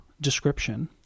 description